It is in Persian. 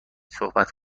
صحبت